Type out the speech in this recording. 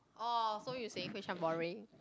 oh so you saying Hui Shan boring